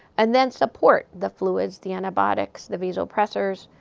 and then support the fluids, the antibiotics, the vasopressors.